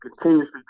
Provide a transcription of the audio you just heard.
continuously